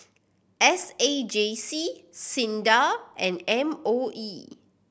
S A J C SINDA and M O E